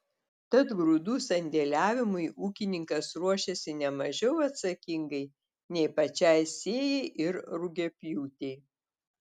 tad grūdų sandėliavimui ūkininkas ruošiasi ne mažiau atsakingai nei pačiai sėjai ir rugiapjūtei